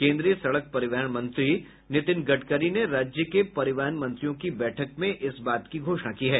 केन्द्रीय सड़क परिवहन मंत्री नितिन गडकरी ने राज्यों के परिवहन मंत्रियों की बैठक में इस बात की घोषणा की है